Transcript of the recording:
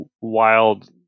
wild